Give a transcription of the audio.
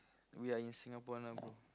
we are in Singapore now bro